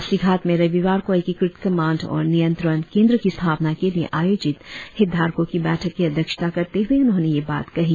पासीघाट में रविवार को एकीकृत कमांड और नियंत्रण केंद्र की स्थापना के लिए आयोजित हितधारको की बैठक की अध्यक्षता करते हुए उन्होंने यह बात कही